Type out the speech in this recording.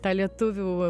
tą lietuvių